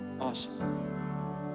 awesome